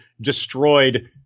destroyed